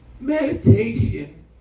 Meditation